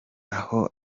aho